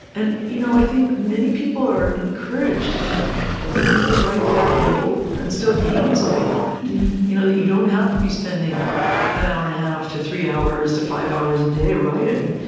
and you know i think many people are encouraged to think you could write that little and still gain something from it yeah you know that you don't have to be spending an hour and a half to three hours to five hours a day writing,